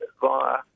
via